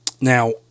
now